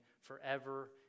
forever